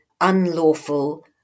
unlawful